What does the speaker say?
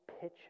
Pitch